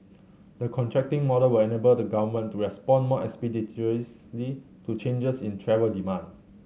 the contracting model will enable the Government to respond more expeditiously to changes in travel demand